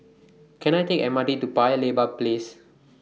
Can I Take The M R T to Paya Lebar Place